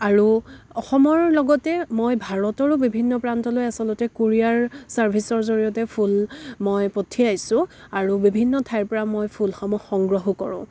আৰু অসমৰ লগতে মই ভাৰতৰো বিভিন্ন প্ৰান্তলৈ আচলতে কুৰিয়াৰ চাৰ্ভিছৰ জৰিয়তে ফুল মই পঠিয়াইছোঁ আৰু বিভিন্ন ঠাইৰ পৰা মই ফুলসমূহ সংগ্ৰহো কৰোঁ